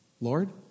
Lord